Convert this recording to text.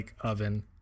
oven